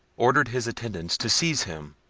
ordered his attendants to seize him,